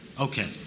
Okay